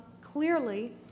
Clearly